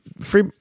free